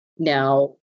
Now